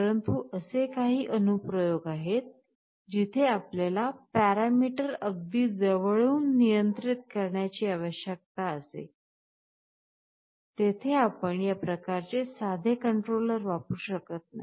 परंतु असे काही अनु प्रयोग आहेत जिथे आपल्याला पॅरामीटर अगदी जवळून नियंत्रित करण्याची आवश्यकता असते तेथे आपण या प्रकारचे साधे कंट्रोलर वापरू शकत नाही